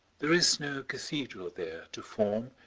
there is no cathedral there to form,